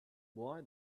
why